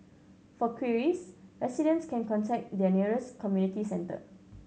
for queries residents can contact their nearest community centre